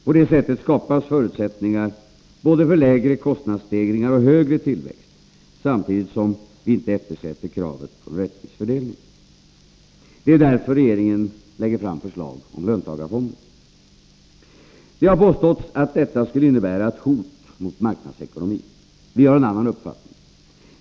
På det sättet skapas förutsättningar både för lägre kostnadsstegringar och för högre tillväxt, samtidigt som vi inte eftersätter kravet på rättvis fördelning. Det är därför som regeringen lägger fram förslag om löntagarfonder. Det har påståtts att detta skulle innebära ett hot mot marknadsekonomin. Vi har en annan uppfattning.